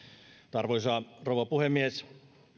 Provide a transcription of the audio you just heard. arvoisa rouva puhemies